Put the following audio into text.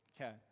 okay